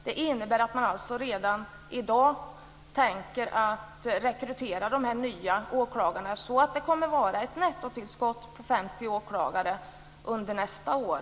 Det innebär alltså att man redan i dag tänker rekrytera de nya åklagarna så att det kommer att vara ett nettotillskott på 50 åklagare under nästa år.